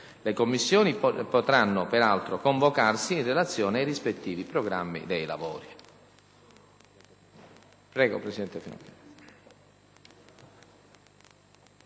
Le Commissioni potranno peraltro convocarsi in relazione ai rispettivi programmi di lavoro.